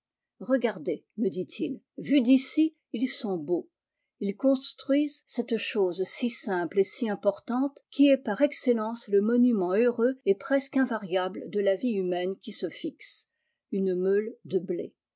regardez me dit-il vus d'ici ils sont beaux ils construisent cette chose si simple et si importante qui est par excellence le monument heureux et presque invariable de la vie humaine qui se fixe une meule de blé